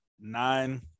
nine